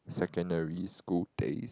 secondary school days